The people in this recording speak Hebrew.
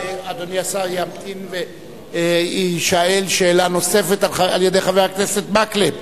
אדוני השר ימתין ויישאל שאלה נוספת על-ידי חבר הכנסת מקלב.